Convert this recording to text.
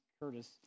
Curtis